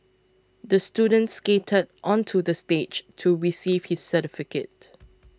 the student skated onto the stage to receive his certificate